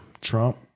Trump